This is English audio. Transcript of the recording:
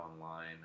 online